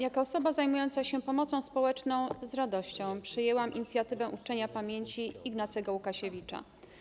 Jako osoba zajmująca się pomocą społeczną z radością przyjęłam inicjatywę uczczenia pamięci Ignacego Łukasiewicza.